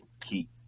keep